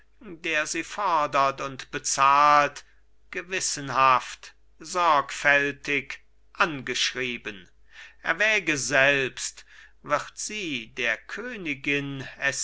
der sie fordert und bezahlt gewissenhaft sorgfältig angeschrieben erwäge selbst wird sie der königin